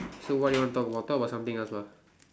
so what you want to talk about talk about something else lah